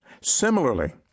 Similarly